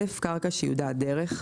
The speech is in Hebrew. (א)קרקע שייעודה דרך,